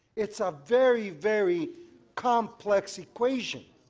it's a very, very complex equation.